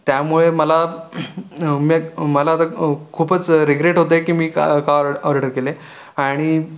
त्यामुळे मला मला तर खूपच रिग्रेट होतं आहे की मी का का ऑर्डर केले आणि